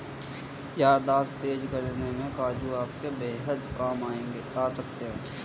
याददाश्त तेज करने में काजू आपके बेहद काम आ सकता है